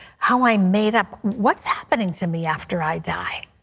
how i made up, what is happening to me after i die?